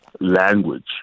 language